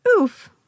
Oof